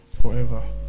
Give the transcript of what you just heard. forever